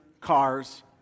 cars